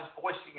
voicing